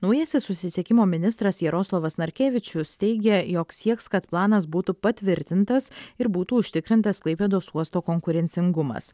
naujasis susisiekimo ministras jaroslavas narkevičius teigia jog sieks kad planas būtų patvirtintas ir būtų užtikrintas klaipėdos uosto konkurencingumas